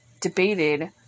debated